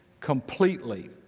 completely